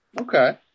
okay